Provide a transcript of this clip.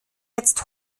jetzt